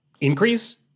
increase